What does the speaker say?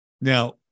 now